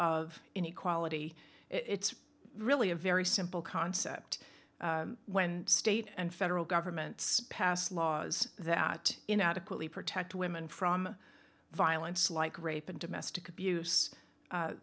of inequality it's really a very simple concept when state and federal governments pass laws that in adequately protect women from violence like rape and domestic abuse